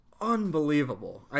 unbelievable